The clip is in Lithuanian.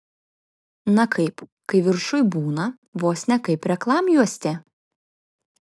na kaip kai viršuj būna vos ne kaip reklamjuostė